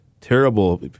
terrible